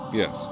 yes